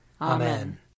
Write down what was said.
Amen